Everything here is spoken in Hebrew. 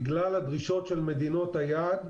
בגלל הדרישות של מדינות היעד,